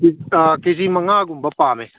ꯀꯦ ꯖꯤ ꯃꯉꯥꯒꯨꯝꯕ ꯄꯥꯝꯃꯦ